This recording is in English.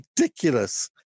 ridiculous